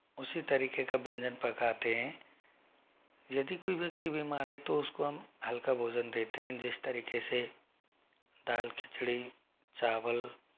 उसी तरीके का व्यंजन पकाते हैं यदि कोई व्यक्ति बीमार है तो उसको हम हल्का भोजन देते हैं जिस तरीके से दाल खिचड़ी चावल